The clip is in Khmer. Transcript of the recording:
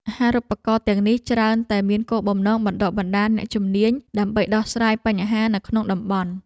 អាហារូបករណ៍ទាំងនេះច្រើនតែមានគោលបំណងបណ្តុះបណ្តាលអ្នកជំនាញដើម្បីដោះស្រាយបញ្ហានៅក្នុងតំបន់។